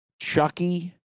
Chucky